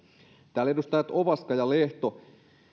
täällä edustajat ovaska ja lehto